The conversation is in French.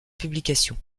publication